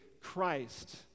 Christ